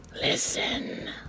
listen